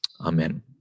Amen